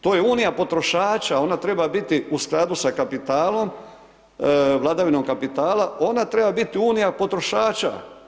To je unija potrošača, ona treba biti u skladu sa kapitalom, vladavinom kapital, ona treba biti unija potrošača.